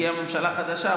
הגיעה ממשלה חדשה,